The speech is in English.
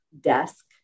desk